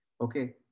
Okay